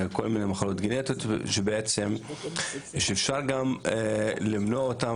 כל מיני מחלות גנטיות שאפשר גם למנוע אותן